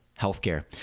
healthcare